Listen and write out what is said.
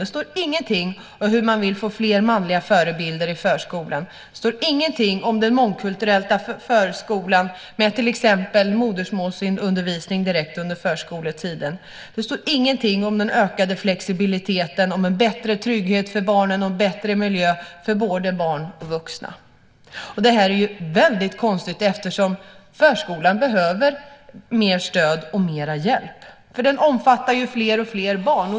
Det står ingenting om hur man vill få fler manliga förebilder i förskolan. Det står ingenting om den mångkulturella förskolan med till exempel modersmålsundervisning under förskoletiden. Det står ingenting om den ökade flexibiliteten, om en bättre trygghet för barnen och en bättre miljö för både barn och vuxna. Detta är väldigt konstigt eftersom förskolan behöver mer stöd och mer hjälp. Den omfattar ju fler och fler barn.